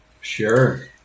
Sure